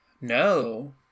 No